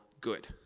good